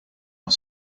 are